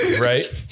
Right